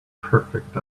perfect